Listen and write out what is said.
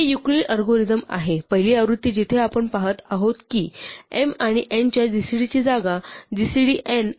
हे Euclid algorithm Euclid's algorithm आहे पहिली आवृत्ती जिथे आपण पाहतो की m आणि n च्या gcd ची जागा gcd n आणि m minus n ने घेता येते